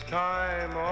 time